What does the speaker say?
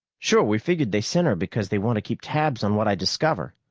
sure, we figured they sent her because they want to keep tabs on what i discover.